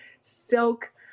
silk